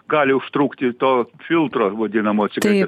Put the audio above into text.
gali užtrukti to filtro vadinamo cigaretės